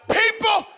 people